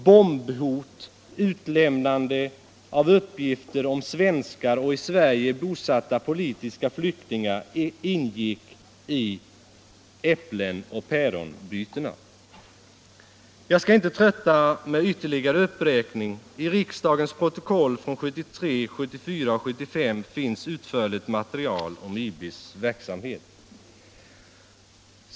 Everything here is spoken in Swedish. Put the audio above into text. Bombhot och utlämnande av uppgifter om svenskar och i Sverige bosatta politiska flyktingar ingick i ”äpplenoch päronbytena”. Jag skall inte trötta med ytterligare uppräkning. I riksdagens protokoll från 1973, 1974 och 1975 finns utförligt material från IB:s verksamhet.